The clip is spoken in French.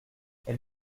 elle